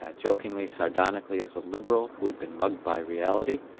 ah jokingly, sardonically as a liberal who'd been mugged by reality,